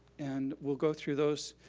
and we'll go through those